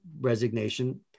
resignation